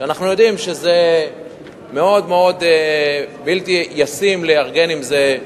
אנחנו יודעים שזה מאוד מאוד בלתי ישים לארגן עם זה,